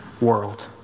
world